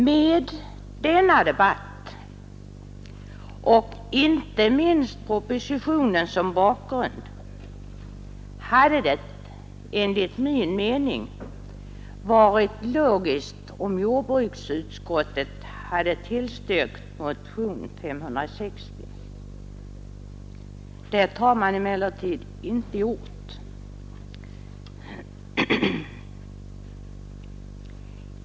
Med denna debatt och inte minst propositionen som bakgrund hade det enligt min mening varit logiskt om jordbruksutskottet hade tillstyrkt motionen 560. Detta har man emellertid inte gjort.